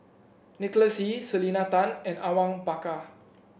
Nicholas Ee Selena Tan and Awang Bakar